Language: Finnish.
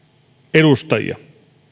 edustajia